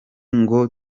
ngo